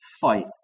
fight